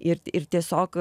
ir ir tiesiog